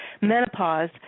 menopause